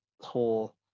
whole